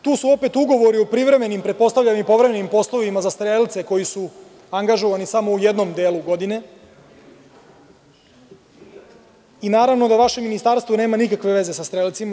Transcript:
Tu su opet ugovori o privremenim, a pretpostavljam i povremenim poslovima za strelce koji su angažovani samo u jednom delu godine i naravno da vaše ministarstvo nema nikakve veze sa strelcima.